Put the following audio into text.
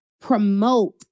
promote